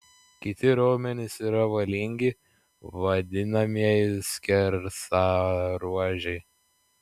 kiti raumenys yra valingi vadinamieji skersaruožiai